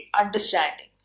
understanding